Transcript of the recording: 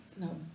No